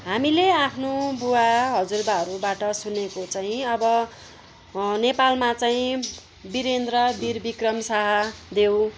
हामीले आफ्नो बुवा हजुरबाहरूबाट सुनेको चाहिँ अब नेपालमा चाहिँ वीरेन्द्र वीर विक्रम शाहदेव